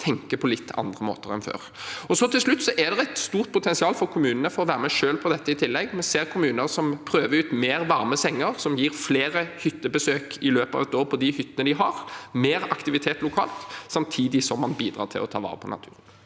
og tenke på litt andre måter enn før. Til slutt: Det er et stort potensial for kommunene for å være med på dette selv også. Vi ser kommuner som prøver ut mer varme senger, som gir flere hyttebesøk i løpet av et år på de hyttene de har, og mer aktivitet lokalt, samtidig som man bidrar til å ta vare på naturen.